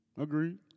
Agreed